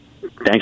thanks